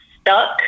stuck